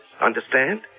Understand